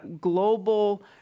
global